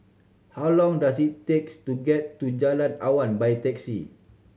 how long does it takes to get to Jalan Awan by taxi